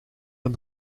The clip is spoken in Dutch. een